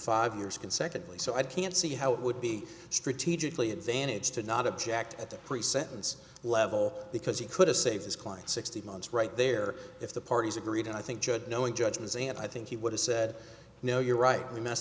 five years consecutively so i can't see how it would be strategically advantage to not object at the pre sentence level because he could have saved his client sixty months right there if the parties agreed and i think judge knowing judges and i think he would have said no you're right he mess